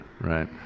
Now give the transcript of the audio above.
right